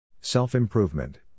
Self-Improvement